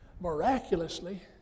miraculously